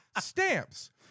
Stamps